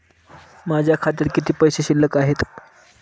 माझ्या खात्यात किती पैसे शिल्लक आहेत?